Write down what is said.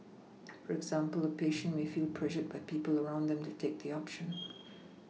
for example a patient may feel pressured by people around them to take the option